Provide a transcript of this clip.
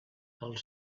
els